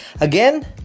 Again